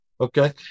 Okay